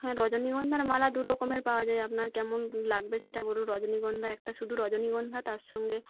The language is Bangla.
হ্যাঁ রজনীগন্ধার মালা দুরকমের পাওয়া যায় আপনার কেমন লাগবে সেটা বলুন রজনীগন্ধা একটা শুধু রজনীগন্ধা তার সঙ্গে